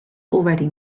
already